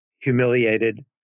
humiliated